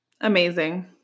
Amazing